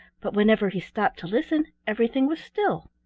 but whenever he stopped to listen everything was still.